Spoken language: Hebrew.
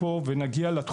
מגיע